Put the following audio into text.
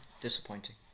Disappointing